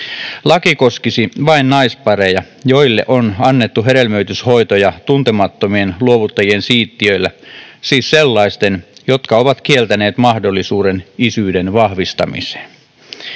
Laki koskisi vain naispareja, joille on annettu hedelmöityshoitoja tuntemattomien luovuttajien siittiöillä, siis sellaisten, jotka ovat kieltäneet mahdollisuuden isyyden vahvistamiseen.